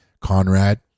Conrad